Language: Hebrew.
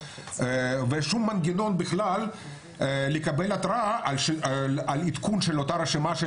ושום מנגנון בכלל לקבל התראה על עדכון של אותה רשימה.